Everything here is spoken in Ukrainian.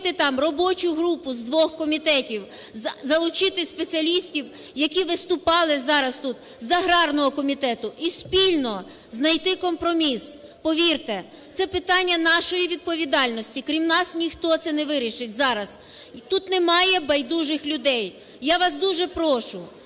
створити там робочу групу з двох комітетів, залучити спеціалістів, які виступали зараз тут, з аграрного комітету, і спільно знайти компроміс. Повірте, це питання нашої відповідальності. Крім нас, ніхто це не вирішить зараз. Тут немає байдужих людей. Я вас дуже прошу,